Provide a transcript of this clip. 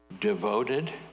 devoted